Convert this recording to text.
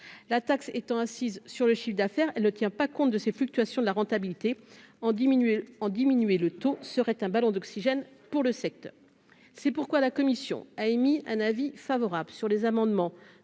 la taxe étant assise sur le chiffre d'affaires ne tient pas compte de ces fluctuations de la rentabilité en diminuer en diminuer le taux serait un ballon d'oxygène pour le secteur, c'est pourquoi la commission a émis un avis favorable sur les amendements